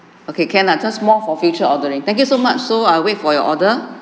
okay can lah just more for future ordering thank you so much so I wait for your order